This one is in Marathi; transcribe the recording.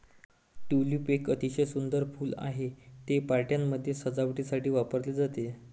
ट्यूलिप एक अतिशय सुंदर फूल आहे, ते पार्ट्यांमध्ये सजावटीसाठी वापरले जाते